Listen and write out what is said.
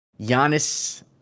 Giannis